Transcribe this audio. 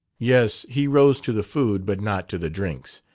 yes, he rose to the food. but not to the drinks.